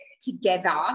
together